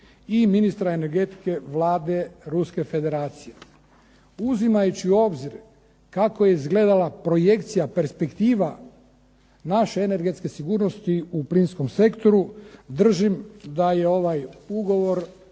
i ministra energetike Vlade Ruske Federacije. Uzimajući u obzir kako je izgledala projekcija perspektiva naše energetske sigurnosti u plinskom sektoru držim da je ovaj ugovor